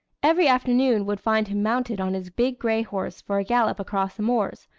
every afternoon would find him mounted on his big gray horse for a gallop across the moors,